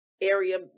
area